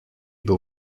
był